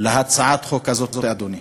להצעת החוק הזו, אדוני.